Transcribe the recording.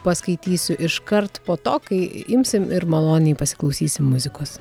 paskaitysiu iškart po to kai imsim ir maloniai pasiklausysim muzikos